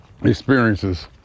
experiences